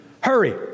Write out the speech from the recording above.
Hurry